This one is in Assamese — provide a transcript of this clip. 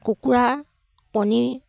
কুকুৰা কণীৰ